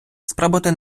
спробуйте